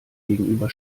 gegenüber